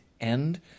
end